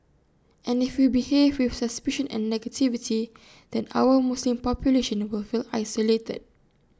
and if we behave with suspicion and negativity then our Muslim population will feel isolated